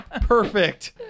Perfect